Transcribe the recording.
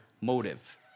motive